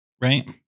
Right